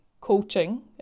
coaching